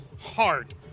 heart